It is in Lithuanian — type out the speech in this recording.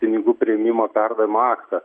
pinigų priėmimo perdavimo aktą